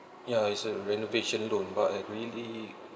ya is a renovation loan but I really